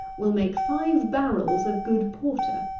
will make five barrels of good porter.